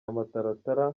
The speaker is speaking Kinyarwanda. amataratara